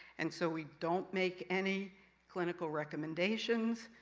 and so we don't make any clinical recommendations.